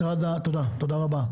תודה רבה.